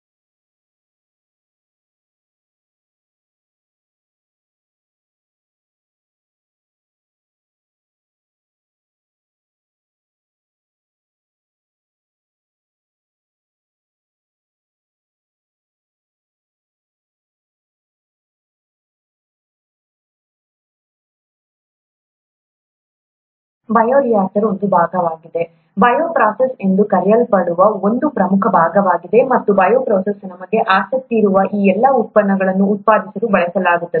bioreactor ಒಂದು ಭಾಗವಾಗಿದೆ bioprocess ಎಂದು ಕರೆಯಲ್ಪಡುವ ಒಂದು ಪ್ರಮುಖ ಭಾಗವಾಗಿದೆ ಮತ್ತು ಬಯೋಪ್ರೊಸೆಸ್ ನಮಗೆ ಆಸಕ್ತಿಯಿರುವ ಈ ಎಲ್ಲಾ ಉತ್ಪನ್ನಗಳನ್ನು ಉತ್ಪಾದಿಸಲು ಬಳಸಲಾಗುತ್ತದೆ